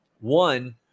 one